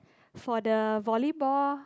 for the volleyball